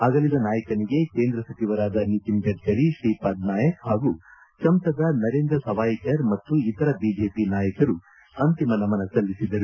ಅಗಲಿದ ನಾಯಕನಿಗೆ ಕೇಂದ್ರ ಸಚಿವರಾದ ನಿತಿನ್ ಗಡ್ಕರಿ ತ್ರೀಪಾದ್ ನಾಯಕ್ ಹಾಗೂ ಸಂಸದ ನರೇಂದ್ರ ಸವಾಯಿಕರ್ ಮತ್ತು ಇತರ ಬಿಜೆಪಿ ನಾಯಕರು ಅಂತಿಮ ನಮನ ಸಲ್ಲಿಸಿದರು